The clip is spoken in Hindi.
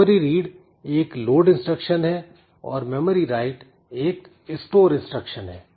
मेमोरी रीड एक लोड इंस्ट्रक्शन है और मेमोरी राइट एक स्टोर इंस्ट्रक्शन है